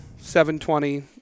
720